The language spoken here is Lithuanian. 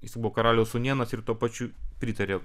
jis buvo karaliaus sūnėnas ir tuo pačiu pritarė